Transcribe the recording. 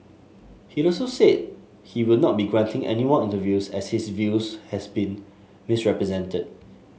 he also said he will not be granting any more interviews as his views had been misrepresented